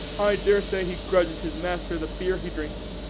i daresay he grudges his master the beer he drinks,